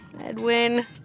Edwin